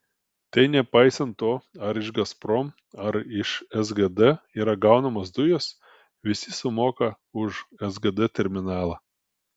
tai nepaisant to ar iš gazprom ar iš sgd yra gaunamos dujos visi sumoka už sgd terminalą